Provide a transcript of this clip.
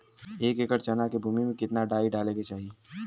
एक एकड़ चना के भूमि में कितना डाई डाले के चाही?